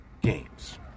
games